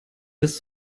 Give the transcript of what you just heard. dass